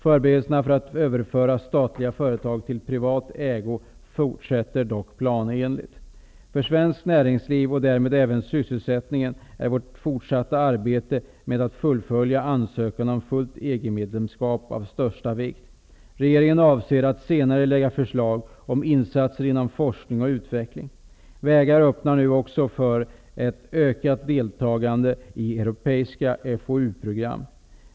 Förberedelserna för att överföra statliga företag till privat ägo fortsätter dock planenligt. För svenskt näringsliv och därmed även sysselsättningen är vårt fortsatta arbete med att fullfölja ansökan om fullt EG-medlemskap av största vikt. Regeringen avser att senare lägga fram förslag om insatser inom forskning och utveckling. Vägar öppnas nu också för ett ökat deltagande i europeiska FoU-program.